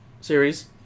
series